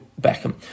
Beckham